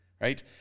Right